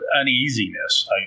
uneasiness